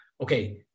okay